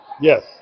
Yes